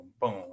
boom